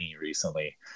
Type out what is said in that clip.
recently